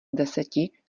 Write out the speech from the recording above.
deseti